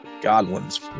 Godwin's